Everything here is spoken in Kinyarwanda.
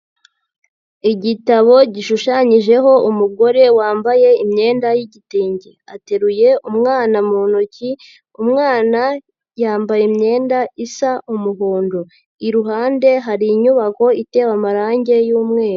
Igitabo gishushanyijeho umugore wambaye imyenda y'igitenge. Ateruye umwana mu ntoki, umwana yambaye imyenda isa umuhondo. Iruhande hari inyubako itewe amarange y'umweru.